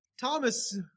Thomas